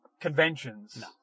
conventions